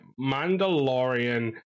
Mandalorian